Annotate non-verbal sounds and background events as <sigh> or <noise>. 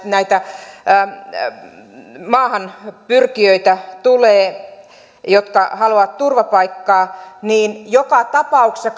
näitä maahanpyrkijöitä jotka haluavat turvapaikkaa on joka tapauksessa <unintelligible>